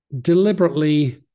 deliberately